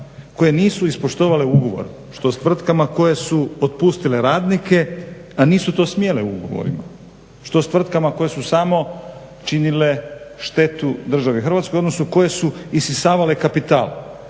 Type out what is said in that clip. koje nisu ispoštovale ugovor, što s tvrtkama koje su otpustile radnike, a nisu to smjele u ugovorima. Što s tvrtkama koje su samo činile štetu državi Hrvatskoj, odnosno koje su isisavale kapital?